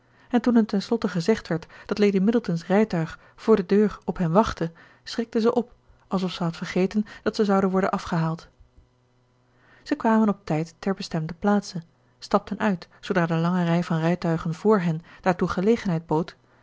en toen hun tenslotte gezegd werd dat lady middleton's rijtuig voor de deur op hen wachtte schrikte zij op alsof zij had vergeten dat zij zouden worden afgehaald zij kwamen op tijd ter bestemder plaatse stapten uit zoodra de lange rij van rijtuigen vr hen daartoe gelegenheid bood